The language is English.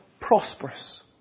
prosperous